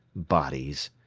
bodies.